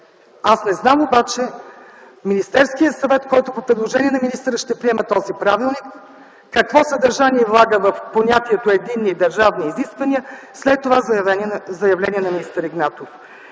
Аз не знам обаче Министерският съвет, който по предложение на министъра ще приеме този правилник, какво съдържание влага в понятието „единни държавни изисквания” след това заявление на министър Игнатов.